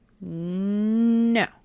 No